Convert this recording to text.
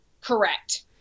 Correct